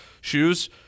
Shoes